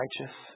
righteous